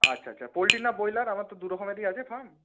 আচ্ছা আচ্ছা পোলট্রি না ব্রয়লার আমার তো দুই রকমেরই আছে ফার্ম